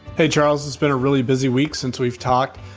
hey, charles, it's been a really busy week since we've talked.